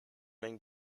man